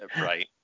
Right